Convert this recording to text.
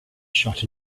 shot